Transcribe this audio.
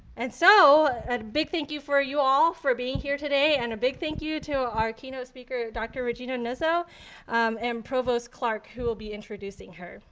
and so, a big thank you for you all for being here today and a big thank you to our keynote speaker, dr. regina nuzzo and provost clark, who will be introducing her.